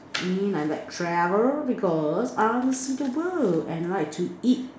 in I like travel because I want to see the world and like to eat